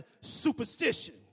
superstition